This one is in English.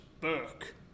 Burke